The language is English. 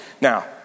Now